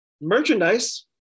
merchandise